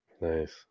nice